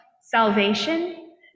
salvation